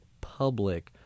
public